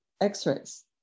x-rays